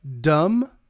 Dumb